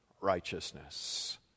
righteousness